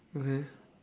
okay